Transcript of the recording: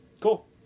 cool